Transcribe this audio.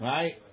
Right